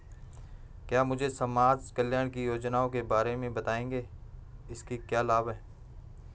क्या मुझे समाज कल्याण की योजनाओं के बारे में बताएँगे इसके क्या लाभ हैं?